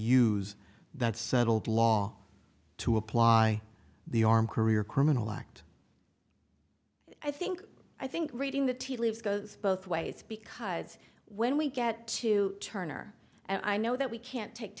use that settled law to apply the arm career criminal act i think i think reading the tea leaves goes both ways because when we get to turner i know that we can't take